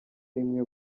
rimwe